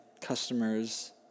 customer's